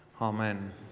Amen